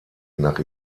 nach